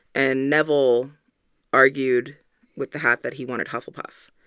and neville argued with the hat that he wanted hufflepuff.